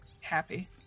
happy